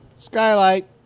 Skylight